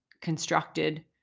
constructed